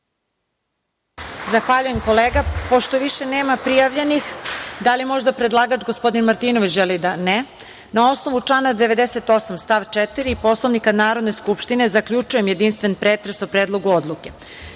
Zahvaljujem, kolega. Pošto više nema prijavljenih, da li možda predlagač gospodin Martinović želi reč? (Ne)Na osnovu člana 98. stav 4. Poslovnika Narodne skupštine zaključujem jedinstven pretres o Predlogu odluke. Pošto